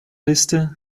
liste